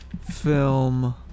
film